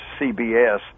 CBS